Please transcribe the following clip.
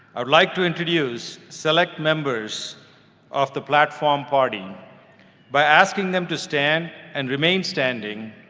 i would like to introduce select members of the platform party by asking them to stand and remain standing,